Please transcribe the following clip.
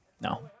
no